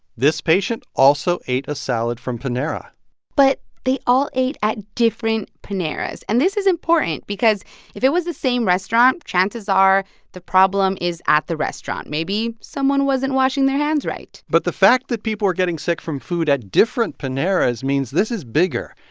this patient also ate a salad from panera but they all ate at different paneras. and this is important because if it was the same restaurant, chances are the problem is at the restaurant. maybe someone wasn't washing their hands right but the fact that people were getting sick from food at different paneras means this is bigger.